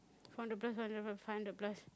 four hundred plus f~ five hundred plus